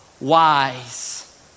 wise